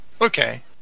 Okay